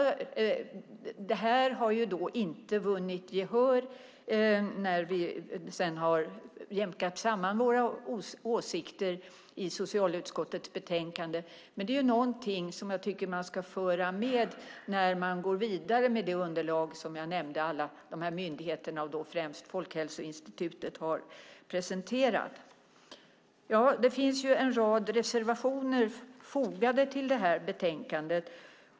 Detta har inte vunnit gehör när vi i socialutskottets betänkande har jämkat samman våra åsikter, men det är något som jag tycker att man borde gå vidare när man arbetar med det som de olika myndigheterna, och då främst Folkhälsoinstitutet, har presenterat. Det finns en rad reservationer som har fogats till betänkandet.